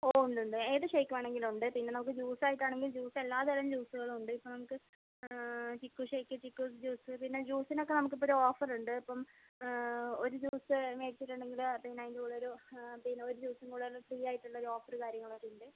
ഓ ഉണ്ട് ഉണ്ട് ഏത് ഷേക്ക് വേണമെങ്കിലും ഉണ്ട് പിന്നെ നമുക്ക് ജ്യൂസ് ആയിട്ടാണെങ്കിൽ ജ്യൂസ് എല്ലാ തരം ജ്യൂസുകളും ഉണ്ട് ഇപ്പോൾ നമുക്ക് ചിക്കു ഷേക്ക് ചിക്കു ജ്യൂസ് പിന്നെ ജ്യൂസിനൊക്കെ നമുക്കിപ്പോൾ ഒരു ഓഫറുണ്ട് ഇപ്പം ഒരു ജ്യൂസ് മേടിച്ചിട്ടുണ്ടെങ്കിൽ പിന്നെ അതിൻ്റെ കൂടെയൊരു പിന്നെ ഒരു ജ്യൂസും കൂടി ഒരു ഫ്രീ ആയിട്ടുള്ള ഒരു ഓഫർ കാര്യങ്ങളൊക്കെ ഉണ്ട്